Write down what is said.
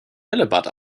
bällebad